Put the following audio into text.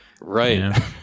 Right